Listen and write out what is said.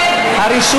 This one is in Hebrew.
תודה רבה, אדוני.